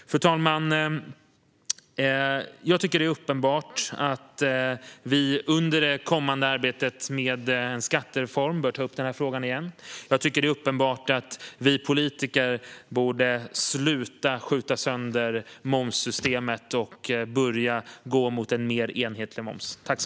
Fru talman! Det är uppenbart att vi under det kommande arbetet med en skattereform behöver ta upp denna fråga igen. Det är uppenbart att vi politiker borde sluta skjuta sönder momssystemet och börja gå mot en mer enhetlig moms.